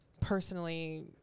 personally